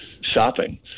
shopping